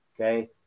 okay